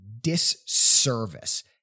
disservice